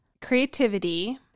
creativity